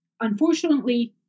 unfortunately